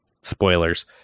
Spoilers